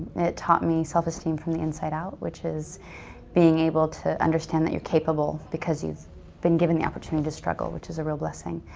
it taught me self-esteem from the inside out which is being able to understand that you're capable because you've been given the opportunity to struggle which is a real blessing.